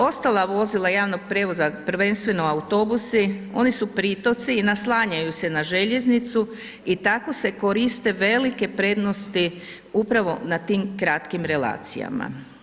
Ostala vozila javnog prijevoza, prvenstveno autobusi, oni su pritoci i naslanjaju se na željeznicu i tako se koriste velike prednosti upravo na tim kratkim relacijama.